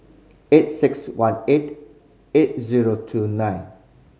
eight six one eight eight zero two nine